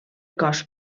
cos